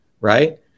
right